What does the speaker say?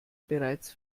bereits